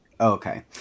Okay